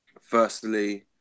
firstly